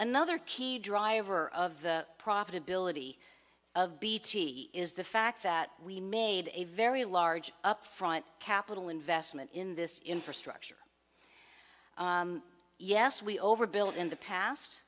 another key driver of the profitability of bt is the fact that we made a very large upfront capital investment in this infrastructure yes we overbuilt in the past